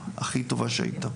הכי טובה שהייתה.